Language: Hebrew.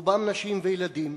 רובם נשים וילדים.